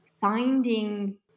finding